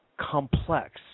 complex